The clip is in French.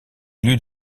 élu